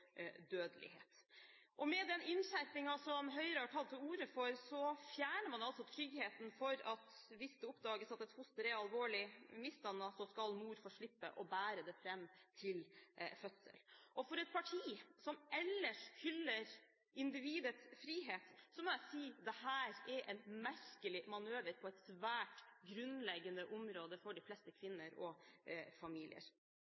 dødelighet. Med den innskjerpingen som Høyre har tatt til orde for, fjerner man altså tryggheten for at mor, hvis det oppdages at et foster er alvorlig misdannet, skal få slippe å bære det fram til fødsel. Til et parti som ellers hyller individets frihet, må jeg si: Dette er en merkelig manøver på et svært grunnleggende område for de fleste